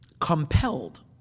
compelled